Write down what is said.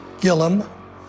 Gillum